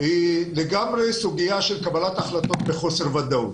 לגמרי סוגיה של קבלת החלטות בחוסר ודאות.